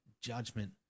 judgment